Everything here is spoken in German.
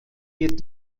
wird